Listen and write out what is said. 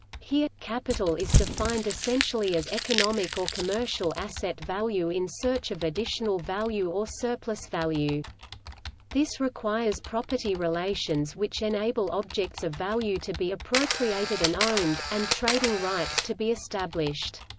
here, capital is defined essentially as economic or commercial asset value in search of additional value or surplus-value. this requires property relations which enable objects of value to be appropriated and owned, and trading rights to be established.